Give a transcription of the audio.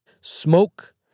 Smoke